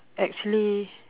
actually